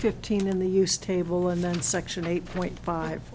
fifteen in the used table and then section eight point five